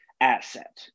asset